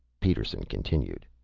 peterson continued.